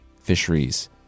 fisheries